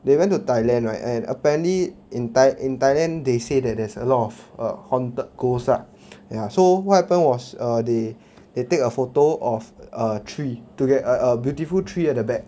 they went to Thailand right and apparently in thai~ in Thailand they say that there's a lot of err huanted ghost lah ya so what happen was err they they take a photo of a tree to get a a beautiful tree at the back